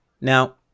Now